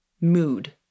mood